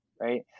right